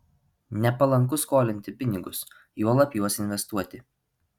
nepalanku skolinti pinigus juolab juos investuoti